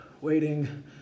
waiting